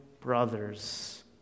brothers